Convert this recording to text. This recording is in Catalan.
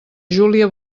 júlia